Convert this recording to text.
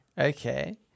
Okay